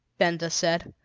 benda said.